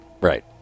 Right